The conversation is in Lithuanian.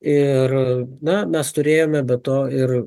ir na mes turėjome be to ir